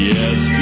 Yes